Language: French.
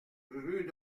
rue